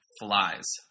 flies